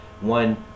one